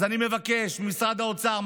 אז אני מבקש ממשרד האוצר,